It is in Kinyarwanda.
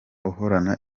uhorana